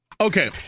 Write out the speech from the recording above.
Okay